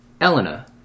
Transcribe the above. Elena